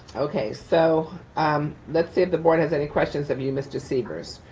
okay, so um let's say the board has any questions of you, mr. sievers.